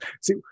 See